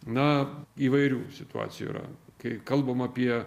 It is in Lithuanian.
na įvairių situacijų yra kai kalbam apie